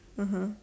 (uh huh)